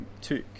took